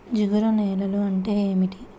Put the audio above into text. జిగురు నేలలు అంటే ఏమిటీ?